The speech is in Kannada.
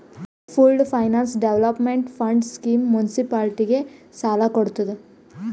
pooled finance development fund scheme ಮುನ್ಸಿಪಾಲಿಟಿಗ ಸಾಲ ಕೊಡ್ತುದ್